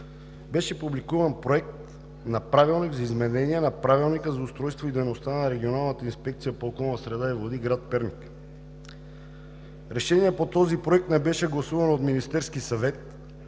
беше публикуван Проект на правилник за изменение на Правилника за устройството и дейността на Регионалната инспекция по околната среда и водите – град Перник. Решение по този проект не беше гласувано от Министерския съвет